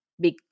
big